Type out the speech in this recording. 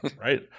Right